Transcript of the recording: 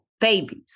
Babies